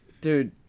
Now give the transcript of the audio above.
dude